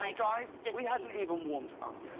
um guys, we haven't even warmed up.